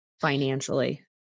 financially